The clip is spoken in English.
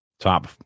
Top